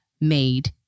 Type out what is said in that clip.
made